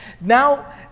now